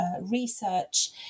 research